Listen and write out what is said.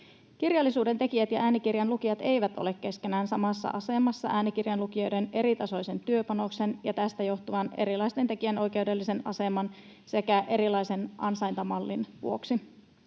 Kirjallisuuden tekijät ja äänikirjan lukijat eivät ole keskenään samassa asemassa äänikirjan lukijoiden eritasoisen työpanoksen ja tästä johtuvan erilaisen tekijänoikeudellisen aseman sekä erilaisen ansaintamallin vuoksi.